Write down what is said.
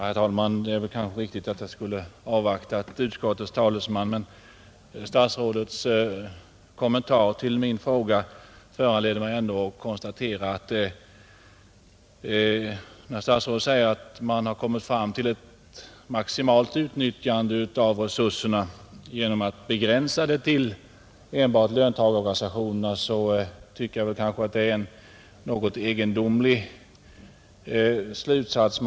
Herr talman! Det hade kanske varit riktigare att jag avvaktat anförandet av utskottets talesman, men statsrådets kommentarer till min fråga föranleder mig ändå att göra ett konstaterande. När statsrådet säger att man har kommit fram till ett maximalt utnyttjande av resurserna genom att begränsa bidragen till enbart löntagarorganisationerna, tycker jag att det är en något egendomlig slutsats.